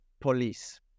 police